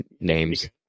names